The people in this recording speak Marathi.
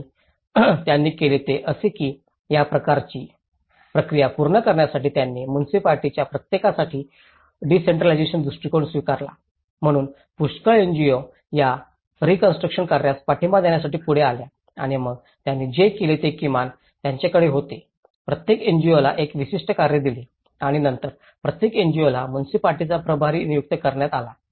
आणि त्यांनी केले ते असे की या प्रकारची प्रक्रिया पूर्ण करण्यासाठी त्यांनी मुनिसिपालिटीच्या प्रत्येकासाठी डिसेंट्रलाजेशन दृष्टिकोन स्वीकारला म्हणून पुष्कळ एनजीओ या रीकॉन्स्ट्रुकशन कार्यास पाठिंबा देण्यासाठी पुढे आल्या आणि मग त्यांनी जे केले ते किमान त्यांच्याकडे होते प्रत्येक एनजीओला एक विशिष्ट कार्य दिले आणि नंतर प्रत्येक एनजीओला मुनिसिपालिटीचा प्रभारी नियुक्त करण्यात आला